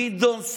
גדעון סער,